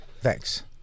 Thanks